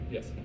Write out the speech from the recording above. Yes